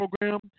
program